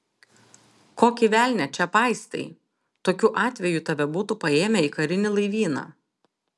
kokį velnią čia paistai tokiu atveju tave būtų paėmę į karinį laivyną